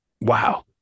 wow